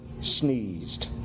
sneezed